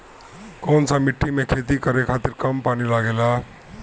कौन सा मिट्टी में खेती करे खातिर कम पानी लागेला?